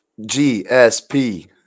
GSP